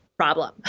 Problem